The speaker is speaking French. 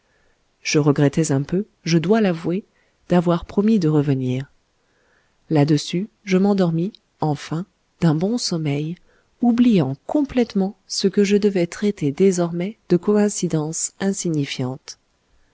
je regrettais un peu je dois l'avouer d'avoir promis de revenir là-dessus je m'endormis enfin d'un bon sommeil oubliant complètement ce que je devais traiter désormais de coïncidence insignifiante